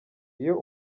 iyo